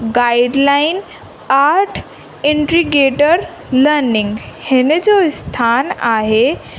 guideline आट indicator learning हिन जो स्थान आहे